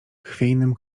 chwiejnym